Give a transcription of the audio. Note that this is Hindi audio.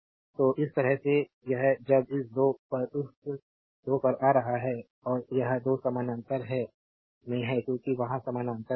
तो इस तरह से यह अब इस 2 पर इस 2 पर आ रहा है और यह 2 समानांतर में है क्योंकि वहां समानांतर में हैं